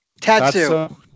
tattoo